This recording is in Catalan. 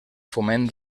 foment